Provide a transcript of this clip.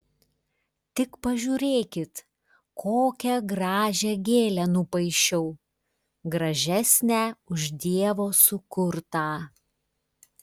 tik pažiūrėkit kokią gražią gėlę nupaišiau gražesnę už dievo sukurtą